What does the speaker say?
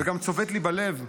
וגם צובט לי בלב.